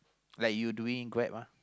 like you doing Grab ah